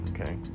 okay